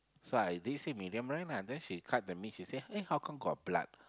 so I did say medium rare then she cut the meat she said eh how come got blood